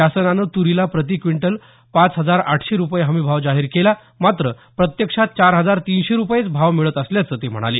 शासनानं तुरीला प्रती क्विंटल पाच हजार आठशे रूपये हमीभाव जाहीर केला मात्र प्रत्यक्षात चार हजार तिनशे रूपये भाव मिळत असल्याचं ते म्हणाले